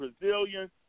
Brazilian